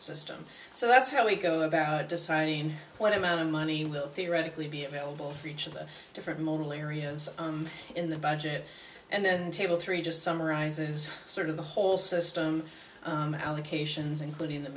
system so that's how we go about deciding what amount of money will theoretically be available for each of the different moral areas in the budget and then table three just summarizes sort of the whole system allocations including the